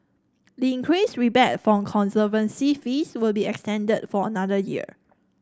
the increased rebate for conservancy fees will be extended for another year